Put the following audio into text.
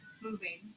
moving